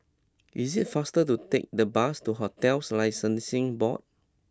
it is faster to take the bus to Hotels Licensing Board